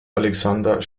alexander